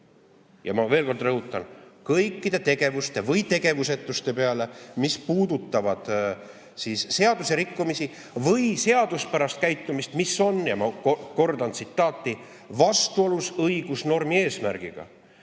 Veel kord rõhutan: kõikide tegevuste või tegevusetuste peale, mis puudutavad seaduserikkumisi või seaduspärast käitumist, mis on – ja ma kordan tsitaati – "vastuolus õigusnormi eesmärgiga".